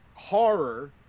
horror